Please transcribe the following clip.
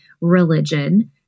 religion